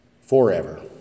forever